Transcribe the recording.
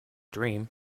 dream